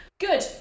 Good